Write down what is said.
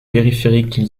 périphériques